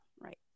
Right